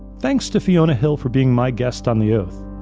thanks to fiona hill for being my guest on the oath.